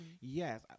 Yes